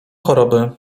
choroby